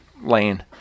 Lane